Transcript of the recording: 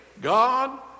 God